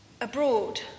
abroad